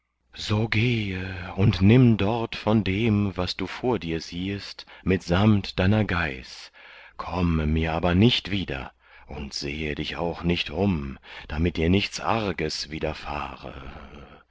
so gehe und nimm dort von dem was du vor dir siehest mitsamt deiner gaiß komme mir aber nicht wieder und siehe dich auch nicht um damit dir nichts arges widerfahre